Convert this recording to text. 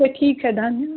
अच्छा ठीक है धन्यवाद